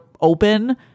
open